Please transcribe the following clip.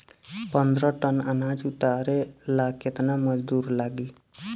पन्द्रह टन अनाज उतारे ला केतना मजदूर लागी?